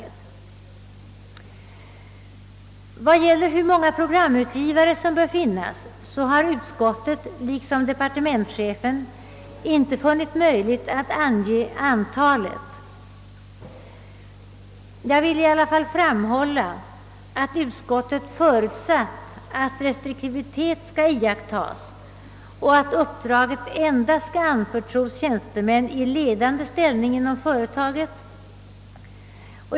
Beträffande frågan om hur många programutgivare som bör finnas har utskottet liksom departementschefen inte ansett det möjligt att ange antalet. Jag vill emellerid framhålla att utskottet förutsatt att restriktivitet skall iakttas och att uppdraget endast skall anförtros tjänstemän i ledande ställning inom företaget.